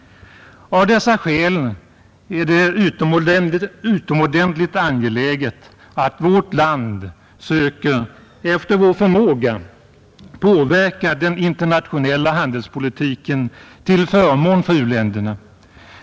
Av dessa skäl är det utomordentligt angeläget att vårt land söker att efter vår förmåga påverka den internationella handelspolitiken till förmån för u-länderna.